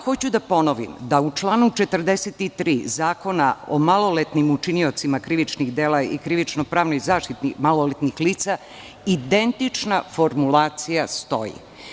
Hoću da ponovim da u članu 43. zakona o maloletnim učiniocima krivičnih dela i krivično-pravnoj zaštiti maloletnih lica identična formulacija stoji.